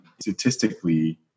statistically